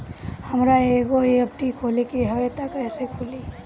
हमरा एगो एफ.डी खोले के हवे त कैसे खुली?